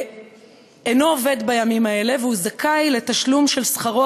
אינו עובד בימים האלה והוא זכאי לתשלום של שכרו